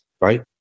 right